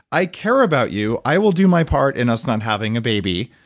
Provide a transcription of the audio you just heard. i care about you. i will do my part in us not having a baby,